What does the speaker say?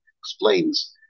explains